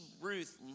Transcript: Ruth